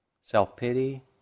Self-pity